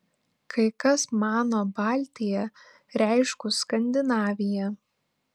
kai kas mano baltia reiškus skandinaviją